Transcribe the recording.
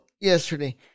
yesterday